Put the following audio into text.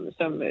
som